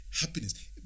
Happiness